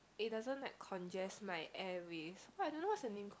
it doesn't like congest my airways I don't know what's the name called